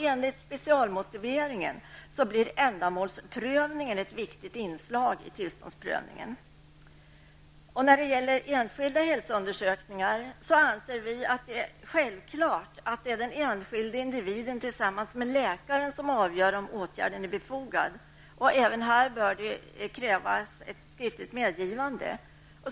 Enligt specialmotiveringen blir ändamålsprövningen ett viktigt inslag i tillståndsprövningen. När det gäller enskilda hälsoundersökningar anser vi det självklart att det är den enskilde individen tillsammans med läkaren som avgör om åtgärden är befogad. Även här bör det krävas ett skriftligt medgivande.